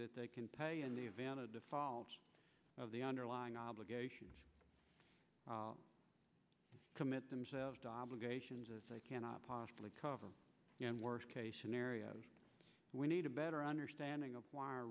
that they can pay in the event of default of the underlying obligation to commit themselves to obligations as they cannot possibly cover worst case scenario we need a better understanding of w